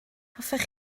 hoffech